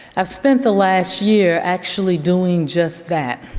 i've spent the last year actually doing just that.